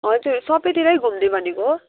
हजुर सबैतिरै घुम्ने भनेको हो